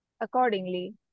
accordingly